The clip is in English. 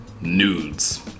Nudes